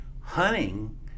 hunting